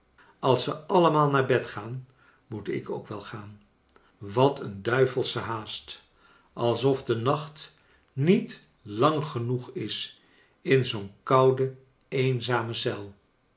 als ze allemaal naar bed gaan moet ik ook wel gaan wat een duivelsche haast t als of de nacht niet lang genoeg is in zoo'n koude eenzame